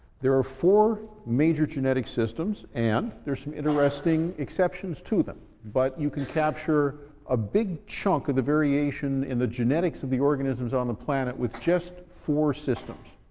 there are four major genetic systems, and there are some interesting exceptions to them. but you can capture a big chunk of the variation in the genetics of the organisms on the planet with just four systems.